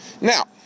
Now